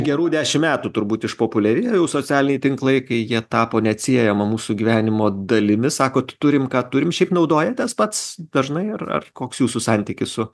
gerų dešim metų turbūt išpopuliarėjo jau socialiniai tinklai kai jie tapo neatsiejama mūsų gyvenimo dalimi sakot turim ką turim šiaip naudojatės pats dažnai ar ar koks jūsų santykis su